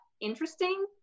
interesting